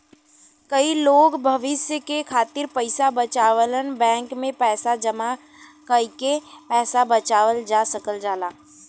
कई लोग भविष्य के खातिर पइसा बचावलन बैंक में पैसा जमा कइके पैसा बचावल जा सकल जाला